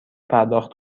پرداخت